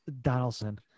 donaldson